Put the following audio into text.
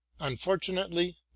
Unfortunately